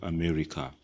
America